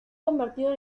convertido